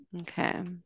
Okay